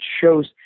shows